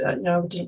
no